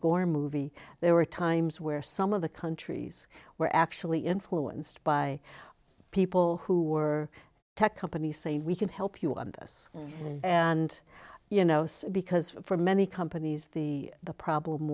gore movie there were times where some of the countries were actually influenced by people who were tech companies say we can help you on this and you know because for many companies the the problem